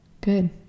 good